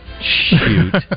Shoot